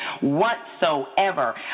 whatsoever